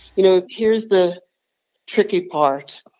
you know, here's the tricky part.